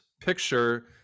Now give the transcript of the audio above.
picture